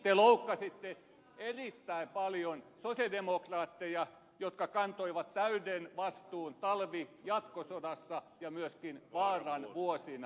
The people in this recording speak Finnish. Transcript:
te loukkasitte erittäin paljon sosialidemokraatteja jotka kantoivat täyden vastuun talvi ja jatkosodassa ja myöskin vaaran vuosina